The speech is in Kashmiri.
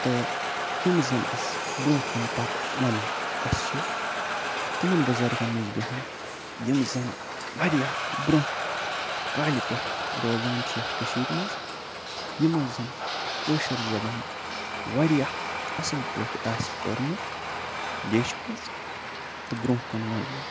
تہٕ یِمہٕ زن أسۍ برٛونٛہہ کُن پتہٕ وَنو اَسہِ چھِ تِمن بُزرگن نِش بِہُن یِم زن وارِیاہ برٛونٛہہ کالہِ پٮ۪ٹھ روزان چھِ یَتھ کٔشیٖرِ منٛز یِمو زن کٲشِر زبان وارِیاہ اَصٕل پٲٹھۍ آسہِ پٔرمٕژ لیٚچھمٕژ تہٕ برٛونٛہہ کُن ؤنۍمٕژ